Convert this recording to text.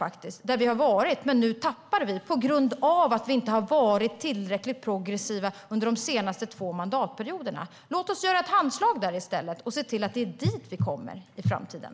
Där har vi varit, men nu tappar vi mark på grund av att vi inte varit tillräckligt progressiva under de senaste två mandatperioderna. Låt oss i stället skaka hand och se till att det är dit vi kommer i framtiden.